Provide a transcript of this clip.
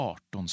18